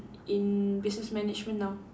in business management now